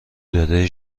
داده